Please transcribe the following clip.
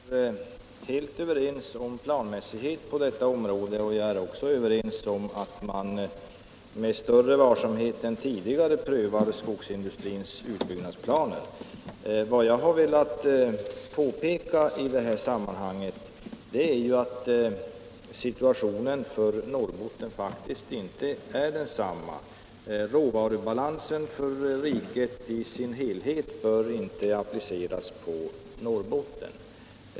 Herr talman! Industriministern och jag är helt överens när det gäller planmässigheten på detta område, och vi är också överens om att vi med större varsamhet än tidigare måste pröva skogsindustrins utbyggnadsplaner. Men vad jag har velat framhålla i detta sammanhang är att situationen för Norrbotten faktiskt inte är densamma som för andra delar av landet. Råvarubalansen för riket som helhet bör inte appliceras på Norrbotten.